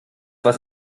was